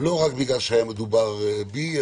לא רק בגלל שהיה מדובר בי,